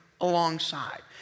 alongside